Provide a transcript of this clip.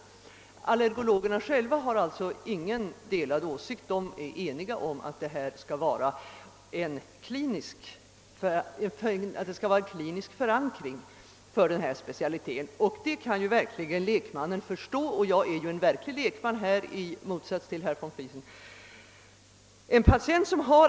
Allergologerna själva är emellertid eniga om att det skall finnas en klinisk förankring. Det kan lekmannen verkligen förstå — och jag är i motsats till herr von Friesen en verklig lekman.